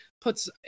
puts